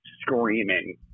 screaming